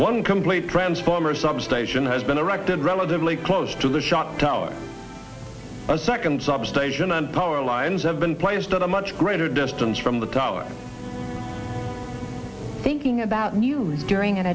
one complete transformer substation has been erected relatively close to the shock tower a second substation and power lines have been placed at a much greater distance from the towers thinking about you during an